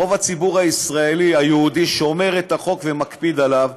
רוב הציבור הישראלי היהודי שומר את החוק ומקפיד עליו,